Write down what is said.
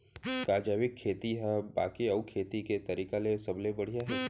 का जैविक खेती हा बाकी अऊ खेती के तरीका ले सबले बढ़िया हे?